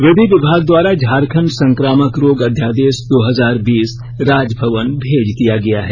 विधि विभाग द्वारा झारखंड संक्रामक रोग अध्यादेश दो हजार बीस राजभवन भेज दिया गया है